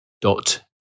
dot